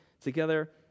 together